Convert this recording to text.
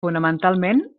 fonamentalment